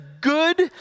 good